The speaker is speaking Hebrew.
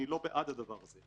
אני לא בעד הדבר הזה.